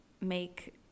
make